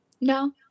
No